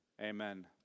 amen